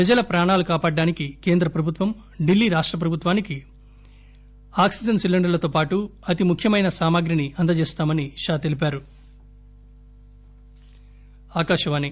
ప్రజల ప్రాణాలు కాపాడటానికి కేంద్రప్రభుత్వం ఢిల్లీ రాష్టప్రభుత్వానికి ఆక్సిజన్ సిలిండర్లతో పాటు అతిముఖ్యమైన సామాగ్రిని అందజేస్తామని షా తెలిపారు